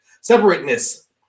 Separateness